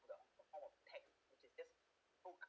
text which is this